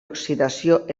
oxidació